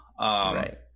right